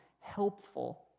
helpful